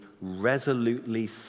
resolutely